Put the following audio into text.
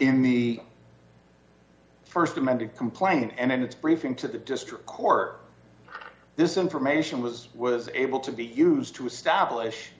in the st amended complaint and in its briefing to the district court this information was was able to be used to establish